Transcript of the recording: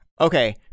Okay